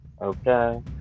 Okay